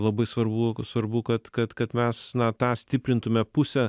labai svarbu svarbu kad kad kad mes na tą stiprintume pusę